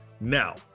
now